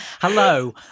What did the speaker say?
Hello